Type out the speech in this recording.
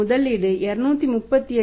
முதலீடு 238